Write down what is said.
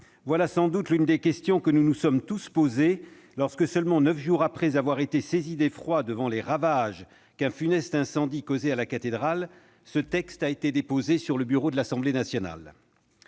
Voilà sans doute l'une des questions que nous nous sommes tous posées lorsque, seulement neuf jours après avoir été saisis d'effroi devant les ravages qu'un funeste incendie causait à la cathédrale, ce texte a été déposé sur le bureau de l'Assemblée nationale.